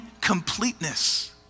completeness